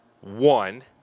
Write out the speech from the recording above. One